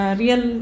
real